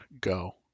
go